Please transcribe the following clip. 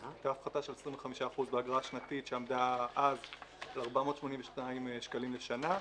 הייתה הפחתה של 25% באגרה שנתית שעמדה אז על 482 שקלים בשנה.